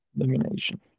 Illumination